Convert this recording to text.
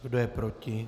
Kdo je proti?